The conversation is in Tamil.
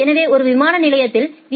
எனவே ஒரு விமான நிலையத்தின் வி